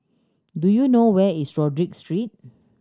do you know where is Rodyk Street